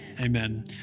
Amen